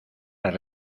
las